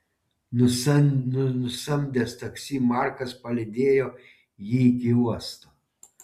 nusamdęs taksi markas palydėjo jį iki uosto